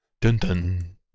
Dun-dun